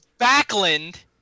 Backlund